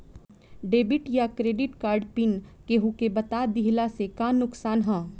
Debit या credit card pin केहूके बता दिहला से का नुकसान ह?